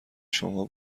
شما